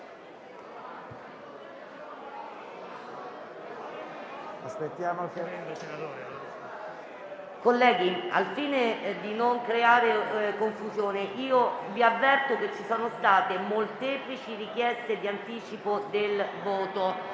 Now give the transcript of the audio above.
Colleghi al fine di non creare confusione, vi avverto che ci sono state molteplici richieste di anticipo del voto.